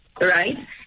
right